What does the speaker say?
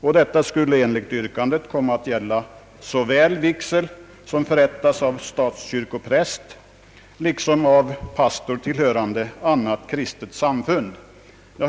Detta skulle enligt yrkandet komma att gälla såväl vigsel som förrättas av statskyrkopräst som vigsel vilken förrättas av pastor hörande till annat kristet samfund.